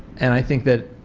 and i think that,